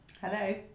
Hello